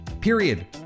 period